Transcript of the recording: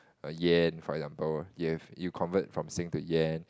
Yen for example Yen you convert from Sing to Yen